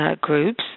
groups